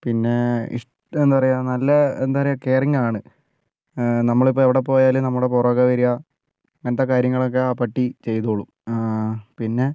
പിന്നെ ഇഷ്ടം എന്താ പറയുക നല്ല എന്താ പറയുക കെയറിങ്ങാണ് നമ്മളിപ്പോൾ എവിടെ പോയാലും നമ്മുടെ പുറകെ വരിക അങ്ങനത്തെ കാര്യങ്ങളൊക്കെ ആ പട്ടി ചെയ്തോളും പിന്നെ